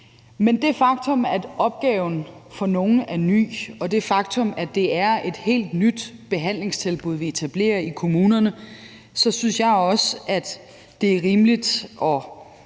på det faktum, at opgaven for nogle er ny, og det faktum, at det er et helt nyt behandlingstilbud, vi etablerer i kommunerne, så synes jeg også, at det er rimeligt at